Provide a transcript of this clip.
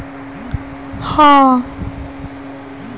tax haven कोई भी देश है जो व्यवसाय को न्यूनतम कर देयता प्रदान करता है